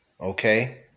Okay